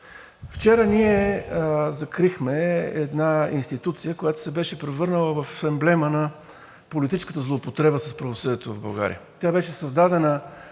Вчера ние закрихме една институция, която се беше превърнала в емблема на политическата злоупотреба с правосъдието в България. Тя беше създадена,